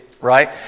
right